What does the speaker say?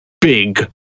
big